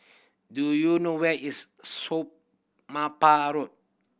do you know where is Road